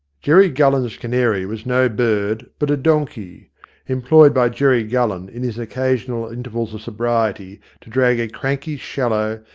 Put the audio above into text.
jerry gullen's canary was no bird, but a donkey employed by jerry gullen in his occasional intervals of sobriety to drag a cranky shallow,